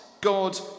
God